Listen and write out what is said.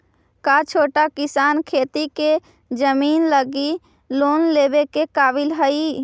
का छोटा किसान खेती के जमीन लगी लोन लेवे के काबिल हई?